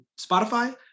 Spotify